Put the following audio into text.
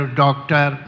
doctor